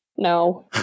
No